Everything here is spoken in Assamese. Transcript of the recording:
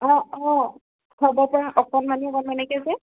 অঁ অঁ পৰা অকণ মানি মানে যে